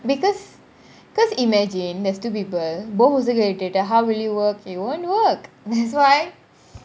because because imagine there's two people both also irritated how will it work it won't work this is why